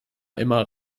immer